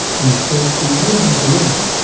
in its first three pages alone,